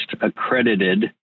accredited